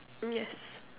mm yes